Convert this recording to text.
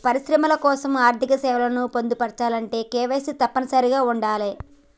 పరిశ్రమల కోసం ఆర్థిక సేవలను పొందాలంటే కేవైసీ తప్పనిసరిగా ఉండాలే